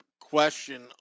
question